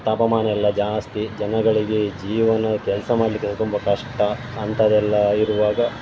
ತಾಪಮಾನ ಎಲ್ಲ ಜಾಸ್ತಿ ಜನಗಳಿಗೆ ಜೀವನ ಕೆಲಸ ಮಾಡಲಿಕ್ಕೆ ಸಹ ತುಂಬ ಕಷ್ಟ ಅಂಥದ್ದೆಲ್ಲ ಇರುವಾಗ